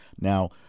Now